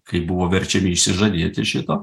kai buvo verčiami išsižadėti šito